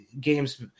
games